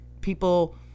people